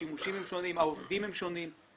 השימושים שונים, העובדים שונים.